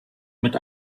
mit